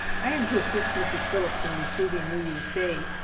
i am to assist mrs. phillips in receiving new year's day,